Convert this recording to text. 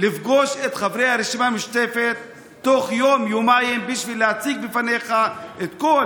לפגוש את חברי הרשימה המשותפת בתוך יום-יומיים כדי שנציג לפניך את כל